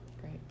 Great